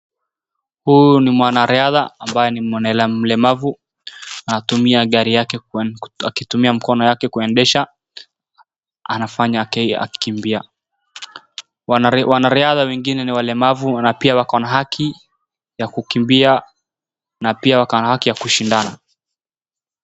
Huyu ni mwanariadha ambaye ni mlemavu, anatumia gari yake kuendesha, akitumia mkono yake kuendesha, anafanya aki, akikimbia. Wanaria wanariadha wengine ni walemavu, na pia wako na haki ya kukimbia, na pia wako na haki ya kukimbia.